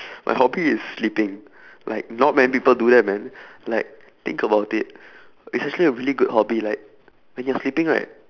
my hobby is sleeping like not many people do that man like think about it it's actually a really good hobby like when you're sleeping right